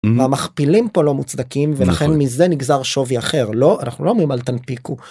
המכפילים פה לא מוצדקים ולכן מזה נגזר שווי אחר לא אנחנו לא אומרים אל תנפיקו.